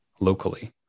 locally